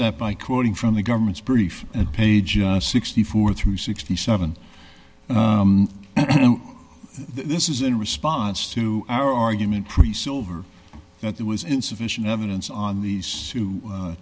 that by quoting from the government's brief at page sixty four through sixty seven and this is in response to our argument pre sold or that there was insufficient evidence on these two